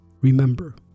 Remember